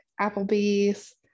Applebee's